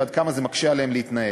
ועד כמה זה מקשה עליהם להתנהל.